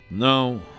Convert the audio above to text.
No